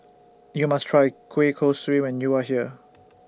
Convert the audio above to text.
YOU must Try Kueh Kosui when YOU Are here